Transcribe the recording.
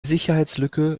sicherheitslücke